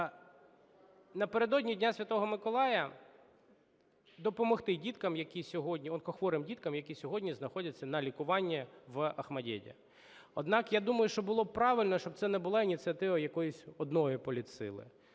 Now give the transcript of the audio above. Напередодні Дня Святого Миколая допомогти діткам, які сьогодні, онкохворим діткам, які сьогодні знаходяться на лікуванні в ОХМАТДИТі. Однак я думаю, що було правильно, щоб це не була ініціатива якоїсь одної політсили.